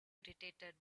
irritated